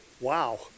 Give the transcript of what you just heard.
Wow